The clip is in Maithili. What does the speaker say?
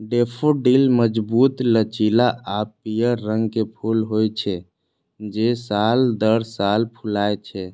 डेफोडिल मजबूत, लचीला आ पीयर रंग के फूल होइ छै, जे साल दर साल फुलाय छै